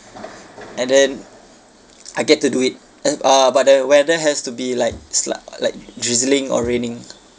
and then I get to do it uh but the weather has to be like sli~ like drizzling or raining